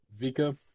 Vika